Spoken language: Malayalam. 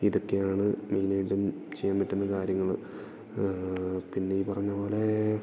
ഇതൊക്കെയാണ് മെയിനായിട്ടും ചെയ്യാൻ പറ്റുന്ന കാര്യങ്ങള് പിന്നെ ഈ പറഞ്ഞ പോലേ